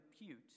repute